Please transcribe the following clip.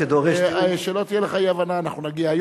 שלא תהיה לך אי-הבנה, אנחנו נגיע.